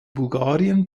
bulgarien